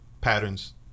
patterns